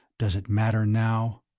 does it matter now?